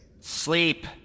Sleep